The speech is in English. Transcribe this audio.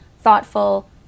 thoughtful